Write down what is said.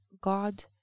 god